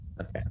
Okay